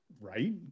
right